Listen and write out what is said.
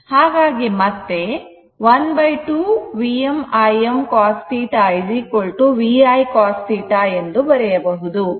ಹಾಗಾಗಿ ಮತ್ತೆ ½ Vm Im cos θ V I cos θ ಎಂದು ಬರೆಯಬಹುದು